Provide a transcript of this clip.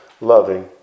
loving